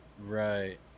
Right